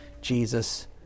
Jesus